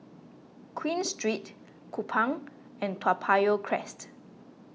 Queen Street Kupang and Toa Payoh Crest